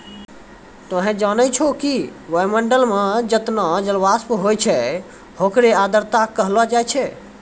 तोहं जानै छौ कि वायुमंडल मं जतना जलवाष्प होय छै होकरे आर्द्रता कहलो जाय छै